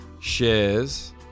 Shares